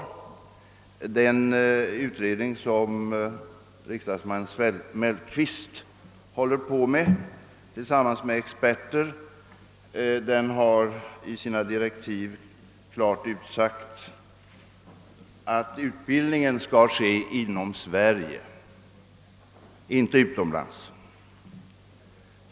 Enligt direktiven för den utredning som riksdagsman Mellqvist håller på med tillsammans med experter skall utbildningen ske inom Sverige, inte utomlands.